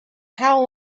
how